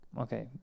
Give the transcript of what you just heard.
Okay